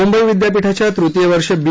मंबई विद्यापीठाच्या ततीय वर्ष बी